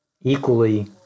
equally